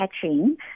catching